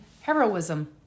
heroism